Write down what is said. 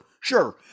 sure